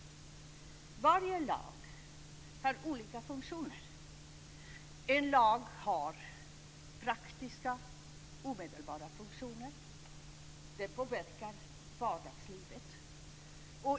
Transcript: Varje lag har olika funktioner. En lag har praktiska omedelbara funktioner. Den påverkar vardagslivet.